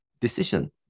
decision